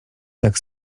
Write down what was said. jak